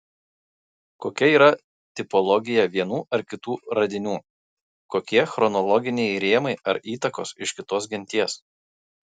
kokia yra tipologija vienų ar kitų radinių kokie chronologiniai rėmai ar įtakos iš kitos genties